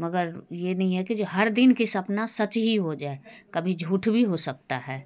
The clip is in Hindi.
मगर ये नहीं है कि जो हर दिन का सपना सच ही हो जाए कभी झूठ भी हो सकता है